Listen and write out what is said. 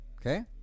okay